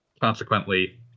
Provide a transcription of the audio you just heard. consequently